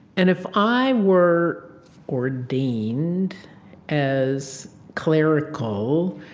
and if i were ordained as clerical,